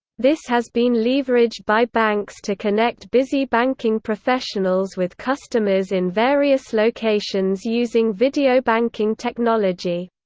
this has been leveraged by banks to connect busy banking professionals with customers in various locations using video banking technology.